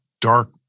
dark